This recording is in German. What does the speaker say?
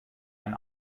ein